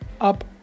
up